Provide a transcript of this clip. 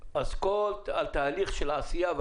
אז על כל תהליך העשייה,